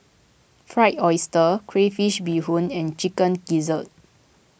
Fried Oyster Crayfish BeeHoon and Chicken Gizzard